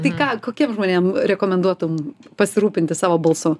tai ką kokiem žmonėm rekomenduotum pasirūpinti savo balsu